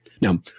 Now